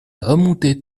remontait